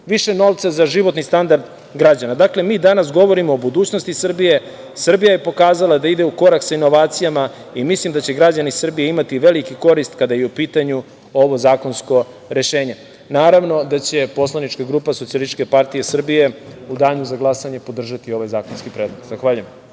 više novca za životni standard građana. Dakle, mi danas govorimo o budućnosti Srbije. Srbija je pokazala da ide u korak sa inovacijama i mislim da će građani Srbije imati veliku korist kada je u pitanju ovo zakonsko rešenje. Naravno da će poslanička grupa Socijalističke partije Srbije u danu za glasanje podržati ovaj zakonski predlog. Zahvaljujem.